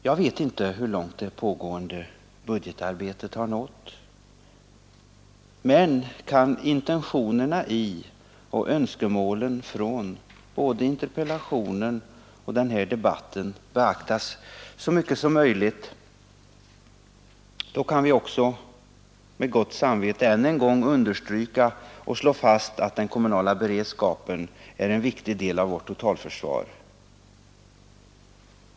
Jag vet inte hur långt det pågående budgetarbetet har nått, men kan intentionerna och önskemålen från både interpellationen och den här debatten beaktas så mycket som möjligt då kan vi också med gott samvete än en gång slå fast att den kommunala beredskapen är en viktig del av vårt totalförsvar.